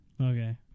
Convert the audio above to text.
Okay